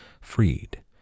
freed